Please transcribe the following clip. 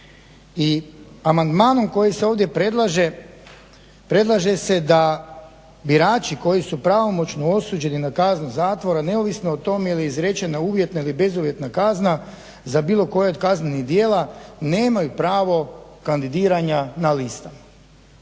i amandmanom koji se ovdje predlaže, predlaže se da birači koji su pravomoćno osuđeni na kaznu zatvora neovisno o tom je li izrečena uvjetna ili bezuvjetna kazna za bilo koje od kaznenih djela nemaju pravo kandidiranja na listama.